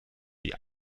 die